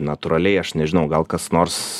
natūraliai aš nežinau gal kas nors